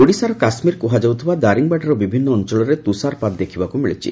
ଓଡ଼ିଶାର କାଶ୍ମୀର କୁହାଯାଉଥିବା ଦାରିଙ୍ଗିବାଡ଼ିର ବିଭିନ୍ନ ଅଅଳରେ ତୁଷାରପାତ ଦେଖବାକୁ ମିଳିଛି